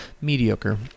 mediocre